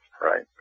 Right